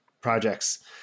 projects